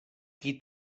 qui